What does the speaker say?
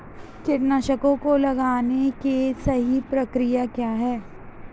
कीटनाशकों को लगाने की सही प्रक्रिया क्या है?